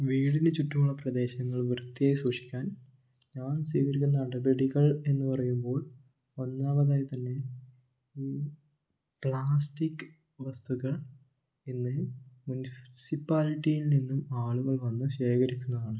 വീടിന് ചുറ്റുമുള്ള പ്രദേശങ്ങൾ വൃത്തിയായി സൂക്ഷിക്കാൻ ഞാൻ സ്വീകരിക്കുന്ന നടപടികൾ എന്ന് പറയുമ്പോൾ ഒന്നാമതായി തന്നെ ഈ പ്ലാസ്റ്റിക്ക് വസ്തുക്കൾ ഇന്ന് മുനിസിപ്പാലിറ്റിയിൽ നിന്നും ആളുകൾ വന്ന് ശേഖരിക്കുന്നതാണ്